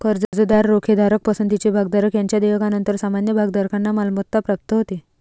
कर्जदार, रोखेधारक, पसंतीचे भागधारक यांच्या देयकानंतर सामान्य भागधारकांना मालमत्ता प्राप्त होते